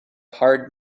hard